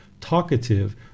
talkative